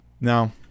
now